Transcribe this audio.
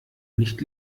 nicht